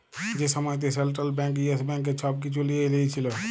যে সময়তে central bank yes ব্যাংকের ছব কিছু লিঁয়ে লিয়েছিল